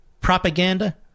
propaganda